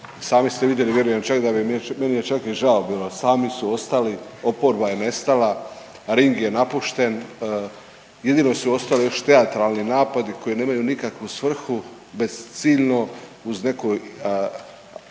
sami ste vidjeli vjerujem čak da bi, meni je čak i bilo, sami su ostali, oporba je nestala, ring je napušten, jedino su ostali još teatralni napadi koji nemaju nikakvu svrhu bezciljno uz neko